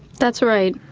that's right.